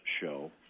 Show